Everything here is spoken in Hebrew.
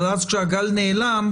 אבל כשהגל נעלם,